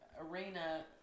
arena